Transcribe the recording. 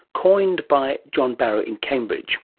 coined by john barrow in cambridge.